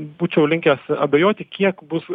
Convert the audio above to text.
būčiau linkęs abejoti kiek bus